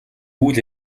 үйл